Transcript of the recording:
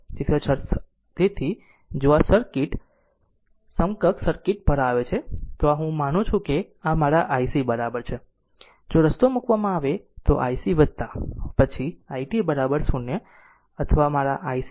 તેથી આ જો આ સર્કિટ સમકક્ષ સર્કિટ પર આવે છે તો આ છે અને હું માનું છું કે આ મારા ic બરાબર છે જો રસ્તો મૂકવામાં આવે તો ic પછી i t 0 અથવા મારા ic i છે